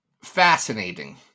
fascinating